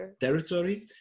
territory